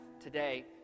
today